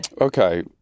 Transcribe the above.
Okay